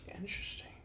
Interesting